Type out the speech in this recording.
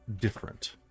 different